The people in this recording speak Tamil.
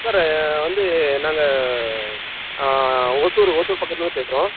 சாரு வந்து நாங்கள் ஒசூர் ஒசூர் பக்கத்துலருந்து பேசுகிறோம்